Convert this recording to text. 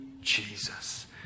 Jesus